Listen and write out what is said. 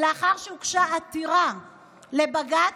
לאחר שהוגשה עתירה לבג"ץ,